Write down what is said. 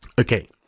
Okay